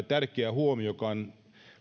tärkeä huomio joka on